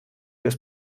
des